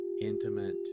intimate